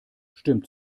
stimmt